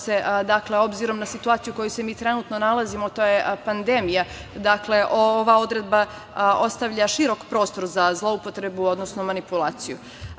da se obzirom na situaciju u kojoj se trenutno nalazimo, a to je pandemija, dakle, ova odredba ostavlja širok prostor za zloupotrebu, odnosno manipulaciju. Takođe,